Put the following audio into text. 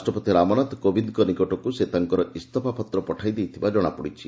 ରାଷ୍ଟ୍ରପତି ରାମନାଥ କୋବିନ୍ଦଙ୍କ ନିକଟକୁ ସେ ତାଙ୍କର ଇସ୍ତଫାପତ୍ର ପଠାଇଦେଇଥିବା ଜଣାପଡ଼ିଛି